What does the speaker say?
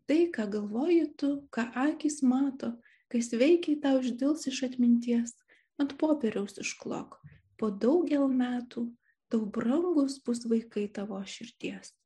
tai ką galvoji tu ką akys mato kas veikiai tau išdils iš atminties ant popieriaus išklok po daugel metų tau brangūs bus vaikai tavo širdies